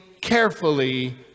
carefully